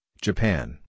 Japan